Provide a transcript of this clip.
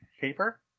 Paper